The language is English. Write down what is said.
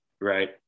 right